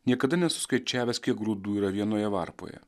niekada nesuskaičiavęs kiek grūdų yra vienoje varpoje